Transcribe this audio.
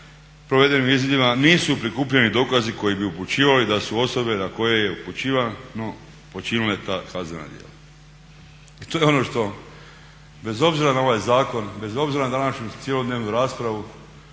provedenim izvidima nisu prikupljeni dokazi koji bi upućivali da su osobe na koje je upućivano počinile ta kaznena djela. I to je ono što bez obzira na ovaj zakon, bez obzira na današnju cjelodnevnu raspravu